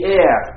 air